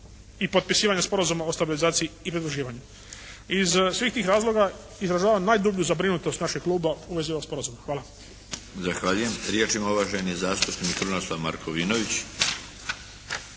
i potpisivanjem Sporazuma i stabilizaciji i pridruživanju. Iz svih tih razloga izražavam najdublju zabrinutost našeg kluba u vezi ovog sporazuma. Hvala. **Milinović, Darko (HDZ)** Zahvaljujem. Riječ ima uvaženi zastupnik Krunoslav Markovinović.